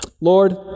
Lord